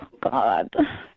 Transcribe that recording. God